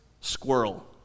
squirrel